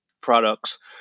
products